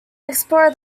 explorer